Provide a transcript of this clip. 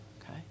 okay